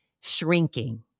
shrinking